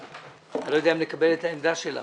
אני לא יודע אם נקבל את העמדה שלך,